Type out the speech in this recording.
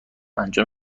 انجام